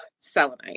selenite